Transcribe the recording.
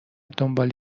دنبال